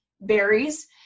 berries